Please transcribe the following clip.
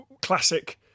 classic